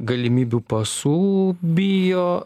galimybių pasų bijo